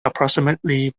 approximately